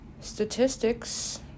Statistics